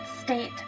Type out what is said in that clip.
state